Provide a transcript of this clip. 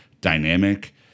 dynamic